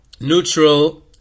neutral